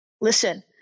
listen